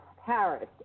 Paris